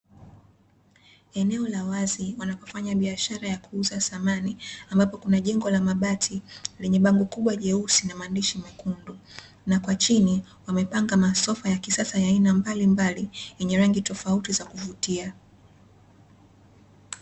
Eneo la wazi wanapofanya biashara ya kuuza samani ambapo kuna jengo la mabati lenye bango kubwa jeusi na maandishi nyekundu, na kwa chini wamepanga masofa ya kisasa ya aina mbali mbali yenye rangi tofautia za kuvutia.